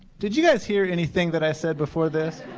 did you guys hear anything that i said before this?